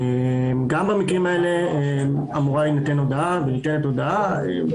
גם במקרים האלה אמורה להינתן הודעה וניתנת הודעה.